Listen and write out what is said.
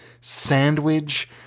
sandwich